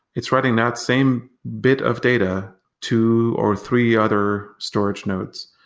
it's writing that same bit of data two or three other storage nodes,